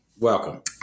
welcome